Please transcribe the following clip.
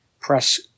press